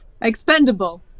Expendable